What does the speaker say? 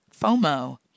FOMO